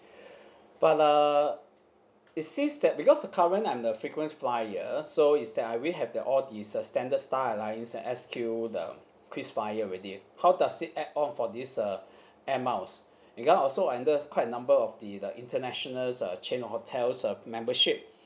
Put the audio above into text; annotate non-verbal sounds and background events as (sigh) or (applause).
(breath) but err it seems that because current I'm the frequent flyer so is that I already have the all this uh standard star airlines the S_Q the krisflyer already how does it add on for this uh air miles because also I under quite a number of the the internationals uh chain hotels uh membership